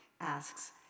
asks